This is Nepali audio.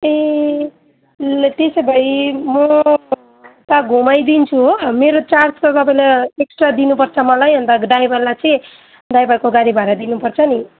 ए ल त्यसो भए म उता घुमाइदिन्छु हो मेरो चार्ज त तपाईँलाई एक्स्ट्रा दिनुपर्छ मलाई अन्त ड्राइभरलाई चाहिँ ड्राइभरको गाडी भाडा दिनुपर्छ नि